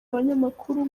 abanyamakuru